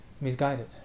misguided